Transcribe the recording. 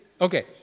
Okay